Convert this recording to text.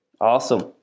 awesome